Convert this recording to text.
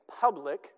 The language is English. public